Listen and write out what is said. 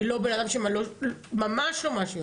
אני לא בנאדם שממש לא מאשימה,